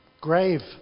grave